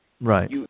Right